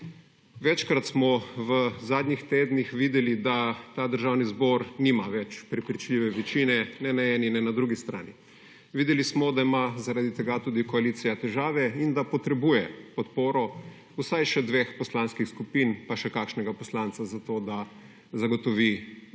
Večkrat smo v zadnjih tednih videli, da ta državni zbor nima več prepričljive večine, ne na eni, ne na drugi strani. Videli smo, da ima zaradi tega tudi koalicija težave in da potrebuje podporo vsaj še dveh poslanskih skupin, pa še kakšnega poslanca za to, da zagotovi ustrezno